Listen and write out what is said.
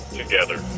together